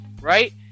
right